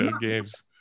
games